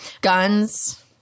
guns